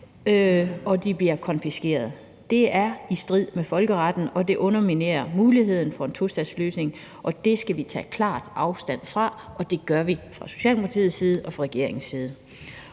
ødelagt og konfiskeret. Det er i strid med folkeretten, og det underminerer muligheden for en tostatsløsning. Og det skal vi tage klart afstand fra, og det gør vi fra Socialdemokratiets side og fra regeringens side.